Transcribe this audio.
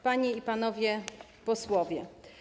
Panie i Panowie Posłowie!